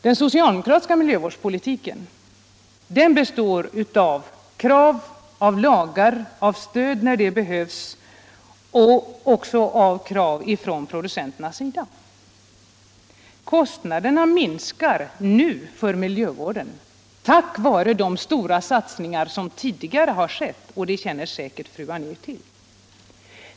Den socialdemokratiska miljövårdspolitiken består av krav, av lagar, av stöd när det behövs — och av krav även från producenternas sida. Kostnaderna för miljövården minskar nu tack vare de stora satsningar som gjorts tidigare. Det känner fru Anér säkert till.